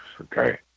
Okay